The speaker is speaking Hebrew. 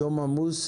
יום עמוס.